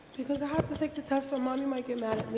because i have to take the test or mommy might get mad